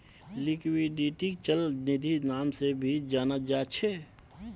लिक्विडिटीक चल निधिर नाम से भी जाना जा छे